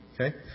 Okay